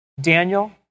Daniel